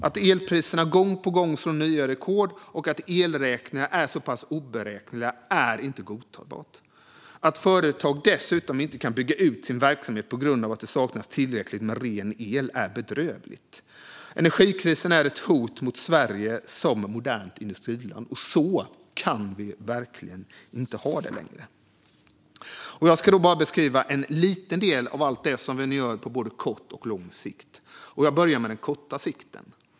Att elpriserna gång på gång slår nya rekord och att elräkningarna är oberäkneliga är inte godtagbart. Att företag dessutom inte kan bygga ut sin verksamhet på grund av att det saknas tillräckligt med ren el är bedrövligt. Energikrisen är ett hot mot Sverige som modernt industriland. Så kan vi verkligen inte ha det längre. Låt mig bara beskriva en liten del av allt det som vi nu gör på kort och lång sikt. Jag börjar med den korta sikten.